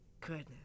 goodness